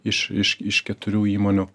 iš iš iš keturių įmonių